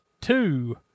two